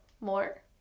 More